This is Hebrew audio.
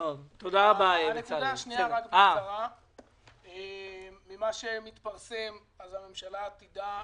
נקודה שנייה, ממה שמתפרסם הממשלה עתידה